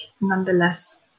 nonetheless